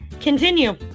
continue